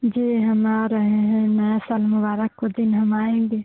जी हम आ रहे हैं नया साल मुबारक को दिन हम आएंगे